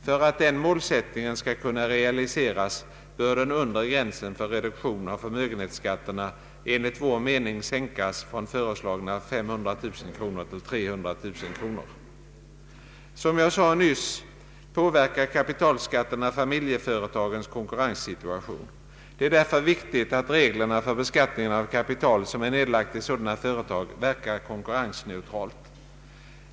För att den målsättningen skall kunna realiseras bör den undre gränsen för reduktion av förmögenhetsskatten enligt vår mening sänkas från föreslagna 500 000 kronor till 300 000 kronor. Som jag nyss sade påverkar kapitalskatterna familjeföretagens konkurrenssituation. Det är därför viktigt att reglerna för beskattningen av kapital som är nedlagt i sådana företag verkar konkurrensneutralt.